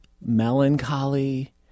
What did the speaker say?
melancholy